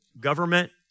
government